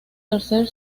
tercer